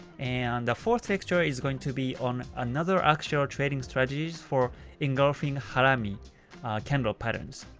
and the fourth lecture is going to be on another actual trading strategies for engulfing harami candle pattern.